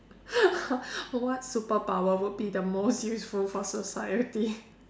what superpower would be the most useful for society